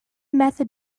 method